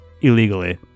illegally